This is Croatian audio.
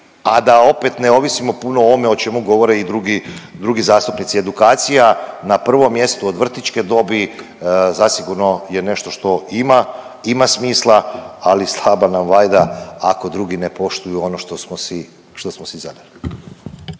a da opet ne ovisimo puno o ovome o čemu govore i drugi zastupnici. Edukacija na prvom mjestu od vrtićke dobi zasigurno je nešto što ima smisla, ali slaba nam vajda ako drugi ne poštuju ono što smo si zadali.